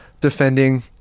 defending